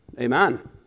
Amen